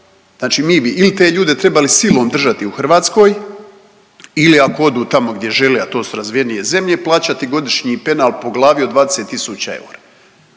znači mi bi il te ljude trebali silom držati u Hrvatskoj ili ako odu tamo gdje žele, a to su razvijenije zemlje plaćati godišnji penal po glavi od 20.000 eura.